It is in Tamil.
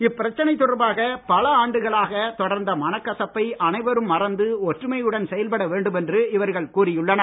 இப்பிரச்னை தொடர்பாக பல ஆண்டுகளாக தொடர்ந்த மனகசப்பை அனைவரும் மறந்து ஒற்றுமையுடன் செயல்பட வேண்டும் என்று இவர்கள் கூறியுள்ளனர்